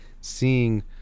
seeing